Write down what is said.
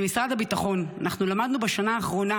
למשרד הביטחון: אנחנו למדנו בשנה האחרונה